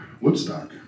Woodstock